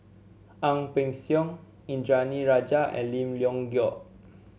Ang Peng Siong Indranee Rajah and Lim Leong Geok